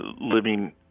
living